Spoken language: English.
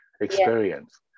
experience